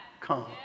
come